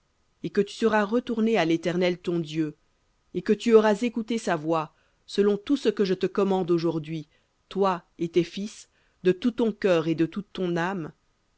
et que tu seras retourné à l'éternel ton dieu et que tu auras écouté sa voix selon tout ce que je te commande aujourd'hui toi et tes fils de tout ton cœur et de toute ton âme